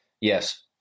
yes